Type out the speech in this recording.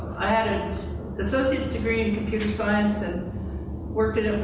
i had an associate's degree in computer science and worked in it